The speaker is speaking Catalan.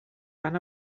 van